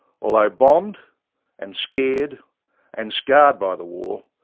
although bombed and scared and scarred by the war,